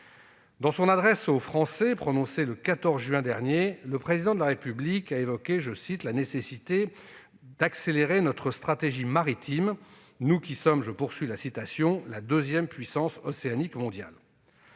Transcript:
Dans son adresse aux Français prononcée le 14 juin dernier, le Président de la République a évoqué la nécessité « [d'accélérer] notre stratégie maritime, nous qui sommes la deuxième puissance océanique mondiale